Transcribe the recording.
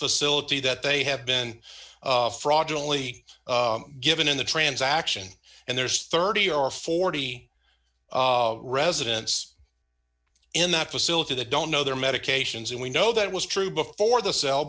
facility that they have been fraudulently given in the transaction and there's thirty or forty residents in that facility they don't know their medications and we know that was true before the sell